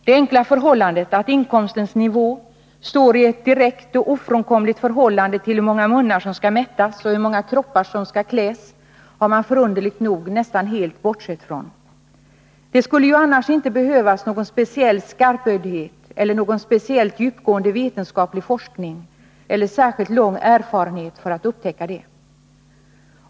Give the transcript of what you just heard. Det enkla förhållandet att inkomstens nivå står i ett direkt och ofrånkomligt förhållande till hur många munnar som skall mättas och hur många kroppar som skall kläs har man förunderligt nog nästan helt bortsett från. Det skulle ju annars inte behövas någon speciell skarpögdhet, någon speciellt djupgående vetenskaplig forskning eller någon särskilt lång erfarenhet för att upptäcka det.